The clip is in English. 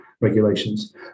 regulations